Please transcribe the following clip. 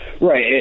right